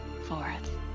forth